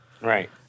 Right